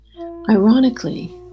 Ironically